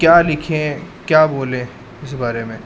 کیا لکھیں کیا بولیں اس بارے میں